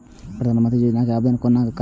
प्रधानमंत्री योजना के आवेदन कोना करब?